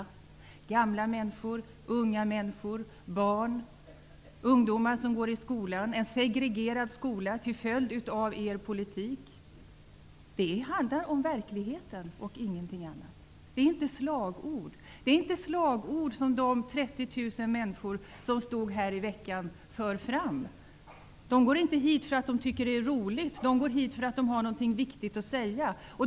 Det är gamla människor, unga människor, barn, och ungdomar som går i skolan -- en segregerad skola till följd av er politik. Det handlar om verkligheten och ingenting annat. Det är inte slagord. Det är inte slagord som de 30 000 människor som stod här utanför riksdagshuset i veckan för fram. De går inte hit för att de tycker det är roligt. De går hit därför att de har någonting viktigt att säga.